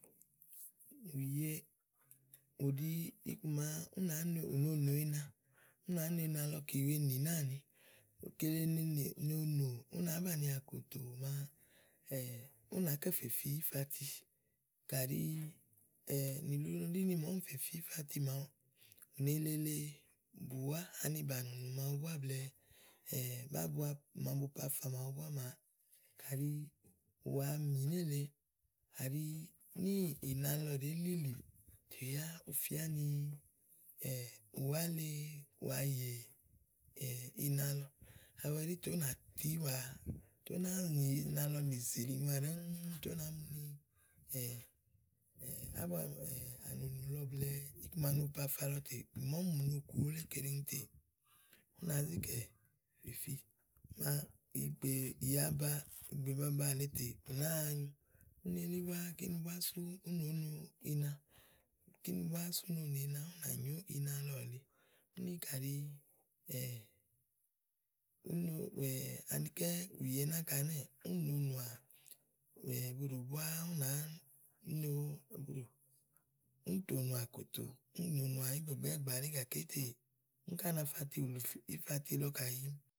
Ùye, ù ɖi iku màa ù nàá no, ù nonò ina ú nàá no ina lɔ ki wèe nì náàni kile nonò ú nàá banìià kòtòò màa ú nàá kɛ fèfi ífati. Kàɖi ù ɖi ni ɖíni màa úni fè fi ífati màaɖu, ù nèe lele bùwá ani bà nùnù màawu búá blɛ̀ɛ bábua màa bo po afafa màaɖu búá màa kàɖi ù wa mì nélèe kàɖi ní ìna lɔ ɖèe lilì tè yá ù fía ni ùwá le wàa yè ina lɔ awu ɛɖí tè ú ná tíwa tè ú náa nì ina lɔ nì zìlìnyoà ɖɛ́ɛ́, tè ú nàá mu ni ábua lɔ, ánùnù lɔ blɛ̀ɛ iku màa no po afafa lɔ tè màa uni mù ni ùku wulé tè keɖeŋ tè. Ú nàá zi kɛ̀ màa ígbè, ìyì aba, ìgbè baba lèe tè ù nàáa nyu, úni elí búá, kíni búá súú nòó no ina. Kíni búá sú ú no nò ina ú nà nyó ina lɔ lèe. Úni kàɖi ùú no anikɛ́ ùye náka ɛnɛ́ɛ̀ úni nòo nòà ɛ̀buɖò búá ú nàá no, únì tò nòà kòtòò, únì ú no wàá ìgbè gba lèe gaketè ú ka nàáfa tiwùlù si ífati lɔ kayi.